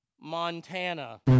Montana